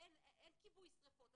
אין כיבוי שריפות,